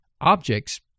Objects